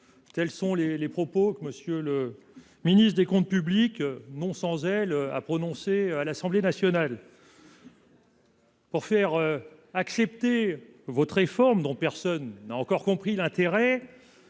Tels sont les propos que monsieur le ministre des Comptes publics non sans elle a prononcé à l'Assemblée nationale. Pour faire accepter votre réforme dont personne n'a encore compris l'intérêt.